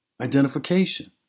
identification